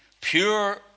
pure